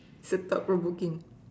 so thought provoking